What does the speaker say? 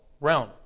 realm